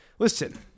Listen